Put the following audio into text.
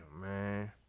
man